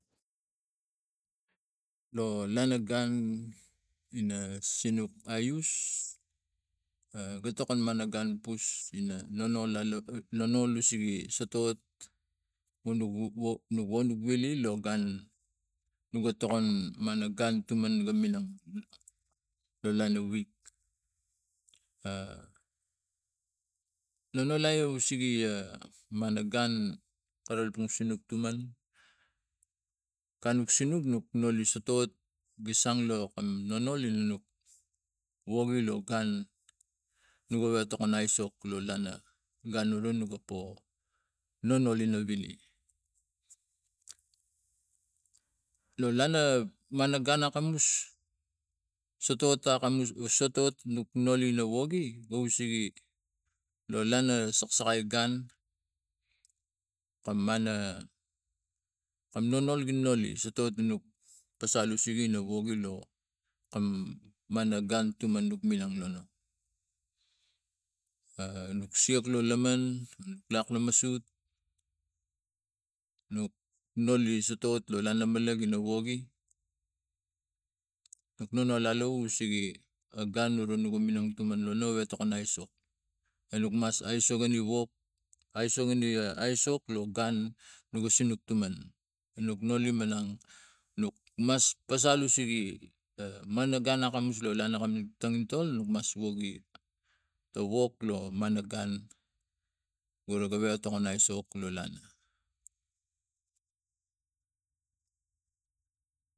Lo lana gun ina sinuk aius ga tokon mana gun pus ina nonol usege sotot wonok vili logun noga tokon mang gun tuman nuga minang lo lana wig nondai a usege mana gun ra kalapang sinuk tuman kane nok sinuk nok no sotot gi san lo kam nonol nuk wogi lo gun no gewek a tokon aisok lo lana gun ura noga po nanol ina vili lo lana mana gun akamus sotot akamus sotot nuk woli gi wogi go sege lo lana saksaki gun kamana kam nonol gi noli sotot nuk pasal usege ina wogi lo kam mana gun tuman nok mnang tano nok siak lo laman manok lak la masot nuk noli sotot lo lana malai gina wogi nonol alu usege a gun ura nuga minang nonol lo tokon aisuk nuk mas aisuk ani wok asuk ani aisuk lo gun noga sinuk taman anuk noli manang nuk mas pasal usege mana gan akamus lo lana akamus lo tongintol nuk mas wogi ta wok la mana gun waa gewek toko aisuk lo lana